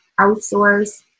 outsource